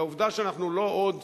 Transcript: לעובדה שאנחנו לא עוד,